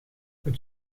het